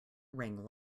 rang